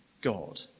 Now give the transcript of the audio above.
God